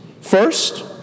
First